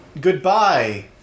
goodbye